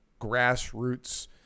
grassroots